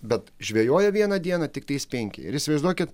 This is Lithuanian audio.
bet žvejoja vieną dieną tiktais penki ir įsivaizduokit